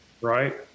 Right